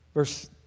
Verse